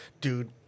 Dude